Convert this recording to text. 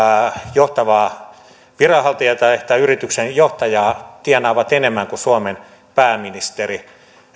johtavaa viranhaltijaa tai tai yrityksen johtajaa tienaavat enemmän kuin suomen pääministeri